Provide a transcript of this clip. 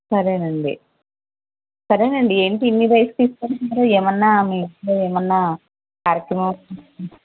సరేనండి సరేనండి ఏంటి ఇన్ని రైస్ తీసుకు వెళ్తున్నారు ఏమైనా మీ ఇంట్లో ఏమైనా కార్యక్రమం